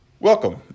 Welcome